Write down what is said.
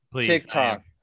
TikTok